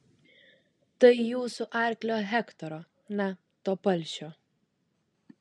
tai jūsų arklio hektoro na to palšio